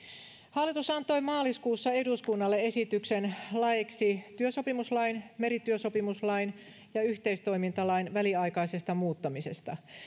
hallitus antoi maaliskuussa eduskunnalle esityksen laeiksi työsopimuslain merityösopimuslain ja yhteistoimintalain väliaikaisesta muuttamisesta